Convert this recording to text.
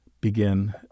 begin